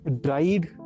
dried